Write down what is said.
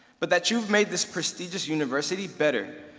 but that you've made this prestigious university better,